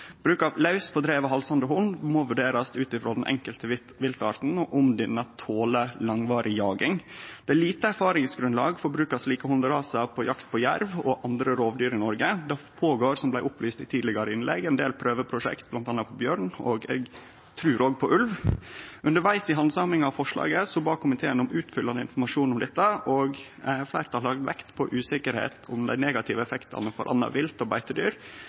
Bruk av laus, på drivande halsande hund, må vurderast ut frå den enkelte viltarten og om denne toler langvarig jaging. Det er lite erfaringsgrunnlag for bruk av slike hunderasar på jakt på jerv og andre rovdyr i Noreg. Som det blei opplyst i eit tidlegare innlegg, blir det no gjennomført ein del prøveprosjekt, bl.a. på bjørn – og på ulv, trur eg. Undervegs i handsaminga av forslaget bad komiteen om utfyllande informasjon om dette, og fleirtalet har lagt vekt på usikkerheit om dei negative effektane for anna vilt og